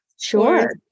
Sure